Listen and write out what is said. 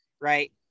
right